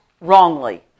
wrongly